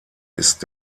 ist